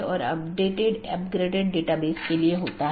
NLRI का उपयोग BGP द्वारा मार्गों के विज्ञापन के लिए किया जाता है